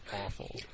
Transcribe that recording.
awful